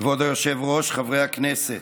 כבוד היושב-ראש, חברי הכנסת,